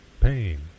pain